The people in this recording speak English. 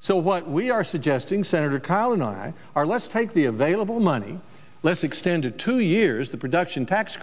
so what we are suggesting senator kyl and i are let's take the available money let's extended two years the production tax